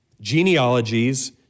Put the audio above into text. genealogies